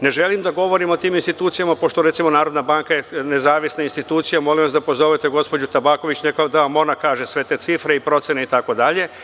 Ne želim da govorim o tim institucijama pošto recimo NBS je nezavisna institucija i molim vas da pozovete gospođu Tabaković da vam ona da sve te cifre i procene itd.